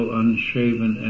unshaven